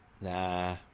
Nah